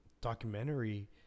documentary